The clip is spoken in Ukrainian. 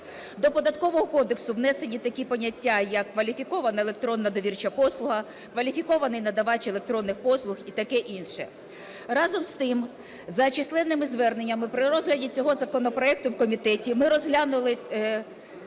До Податкового кодексу внесені такі поняття, як "кваліфікована електронна довірча послуга", "кваліфікований надавач електронних послуг" і таке інше. Разом з тим, за численними зверненнями при розгляді цього законопроекту в комітеті ми розглянули